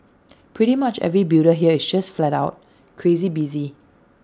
pretty much every builder here is just flat out crazy busy